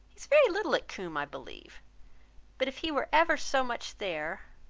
he is very little at combe, i believe but if he were ever so much there,